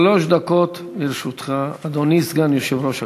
שלוש דקות לרשותך, אדוני סגן יושב-ראש הכנסת.